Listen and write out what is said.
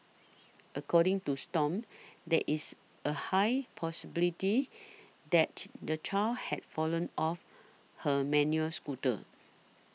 according to Stomp there is a high possibility that the child had fallen off her manual a scooter